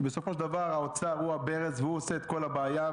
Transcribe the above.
כי בסופו של דבר האוצר הוא הברז והוא עושה את כל הבעיה,